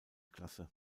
klasse